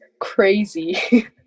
crazy